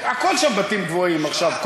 הכול שם בתים גבוהים עכשיו.